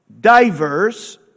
diverse